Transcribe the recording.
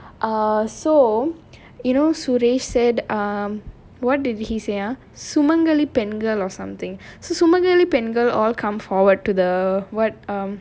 err so you know suresh said um what did he say ah sumangali pengal pengal or something so sumangali pengal pengal all come forward to the what um